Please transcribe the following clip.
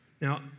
Now